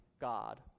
God